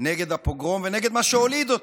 נגד הפוגרום ונגד מה שהוליד אותו.